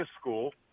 school